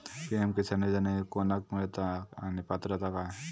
PM Kisan योजना ही कोणाक मिळता आणि पात्रता काय?